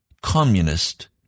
communist